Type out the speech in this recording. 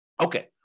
Okay